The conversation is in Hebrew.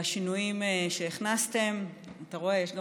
והשינויים שהכנסתם, אתה רואה, יש גם